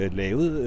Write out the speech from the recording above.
lavet